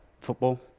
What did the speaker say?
football